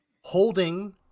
holding